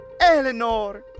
Eleanor